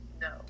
No